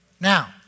Now